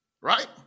Right